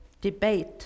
debate